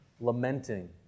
Lamenting